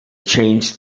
changed